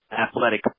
athletic